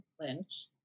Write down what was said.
Lynch